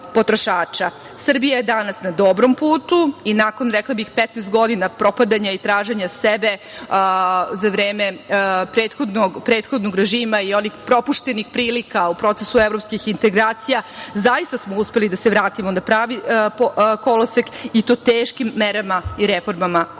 je danas na dobrom putu i nakon, rekla bih 15 godina propadanja i traženja sebe za vreme prethodnog režima i onih propuštenih prilika u procesu evropskih integracija, zaista smo uspeli da se vratimo na pravi kolosek i to teškim merama i reformama koje